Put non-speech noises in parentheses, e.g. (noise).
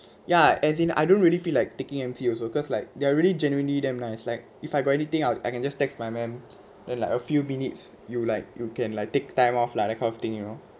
ya as in I don't really feel like taking M_C also cause like they are really genuinely damn nice like if I got anything out I can just text my ma'am (noise) then like a few minutes you like you can like take time off lah that kind of thing you know